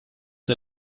der